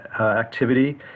activity